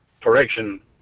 correction